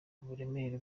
uburemere